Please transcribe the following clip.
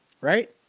right